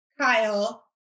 Kyle